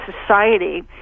Society